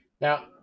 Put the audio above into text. Now